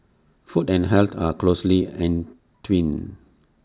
food and health are closely entwined